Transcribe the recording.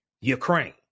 Ukraine